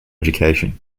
education